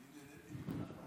אז נתחיל עם השעה הראשונה.